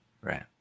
Right